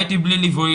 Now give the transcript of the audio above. חייתי בלי ליווי,